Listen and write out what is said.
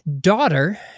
daughter